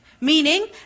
Meaning